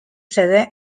sede